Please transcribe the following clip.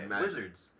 Wizards